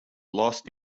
lost